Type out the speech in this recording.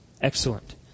Excellent